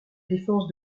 défense